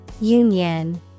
Union